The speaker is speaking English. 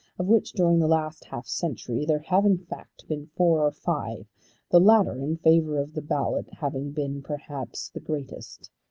of which during the last half century there have in fact been four or five the latter in favour of the ballot having been perhaps the greatest.